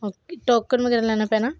okay token ਵਗੈਰਾ ਲੈਣਾ ਪੈਣਾ